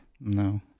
No